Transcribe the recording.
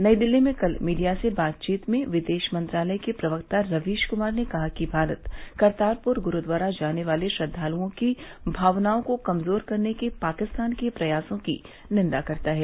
नई दिल्ली में कल मीडिया से बातचीत में विदेश मंत्रालय के प्रवक्ता रवीश कुमार ने कहा कि भारत करतारपुर ग्रूद्वारा जाने वाले श्रद्वालओं की भावनाओं को कमजोर करने के पाकिस्तान के प्रयासों की निंदा करता है